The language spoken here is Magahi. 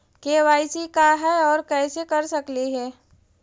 के.वाई.सी का है, और कैसे कर सकली हे?